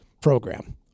program